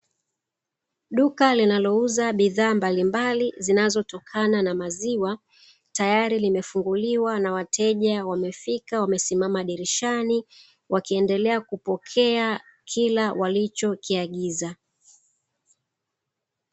Duka linalouza bidhaa mbalimbali zinazotokanazo na maziwa, tayari limefunguliwa na wateja wamefika wamesimama dirishani wakiendelea kupokea kila walichokiagiza.